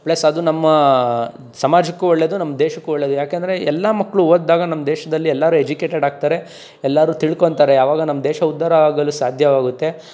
plus ಅದು ನಮ್ಮ ಸಮಾಜಕ್ಕೂ ಒಳ್ಳೇದು ನಮ್ಮ ದೇಶಕ್ಕೂ ಒಳ್ಳೇದು ಏಕೆಂದ್ರೆ ಎಲ್ಲ ಮಕ್ಕಳು ಒದ್ದಾಗ ನಮ್ಮ ದೇಶದಲ್ಲಿ ಎಲ್ಲರೂ ಎಜುಕೇಟೆಡ್ ಆಗ್ತಾರೆ ಎಲ್ಲರೂ ತಿಳ್ಕೊಳ್ತಾರೆ ಅವಾಗ ನಮ್ಮ ದೇಶ ಉದ್ಧಾರ ಆಗಲು ಸಾಧ್ಯವಾಗುತ್ತೆ